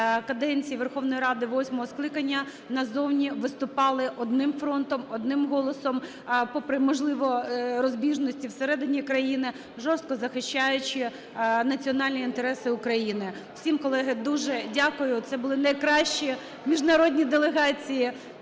каденції Верховної Ради восьмого скликання назовні виступали одним фронтом, одним голосом, попри, можливо, розбіжності всередині країни, жорстко захищаючи національні інтереси України. Всім, колеги, дуже дякую. Це були найкращі міжнародні делегації